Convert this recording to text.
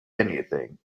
anything